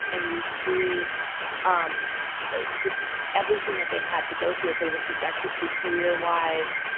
and you see um just everything that they had to go through that they were subjected to. career wise,